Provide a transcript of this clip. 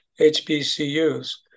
HBCUs